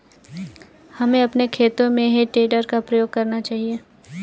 हमें अपने खेतों में हे टेडर का प्रयोग करना चाहिए